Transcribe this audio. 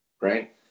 right